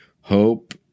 Hope